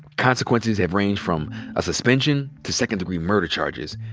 consequences have ranged from a suspension to second-degree murder charges,